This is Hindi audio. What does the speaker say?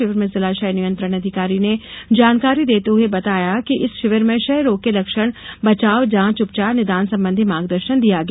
शिविर में जिला क्षय नियंत्रण अधिकारी ने जानकारी देते हुए बताया की इस शिविर में क्षय रोग के लक्षण बचाव जांच उपचार निदान संबंधी मार्गदर्शन दिया गया